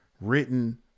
written